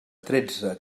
tretze